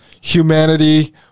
humanity